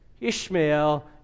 Ishmael